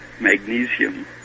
magnesium